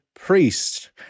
priest